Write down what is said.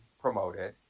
promoted